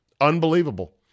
Unbelievable